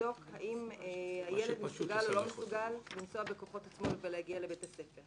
לבדוק האם הילד מסוגל או לא מסוגל לנסוע בכוחות עצמו ולהגיע לבית הספר.